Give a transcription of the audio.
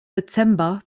dezember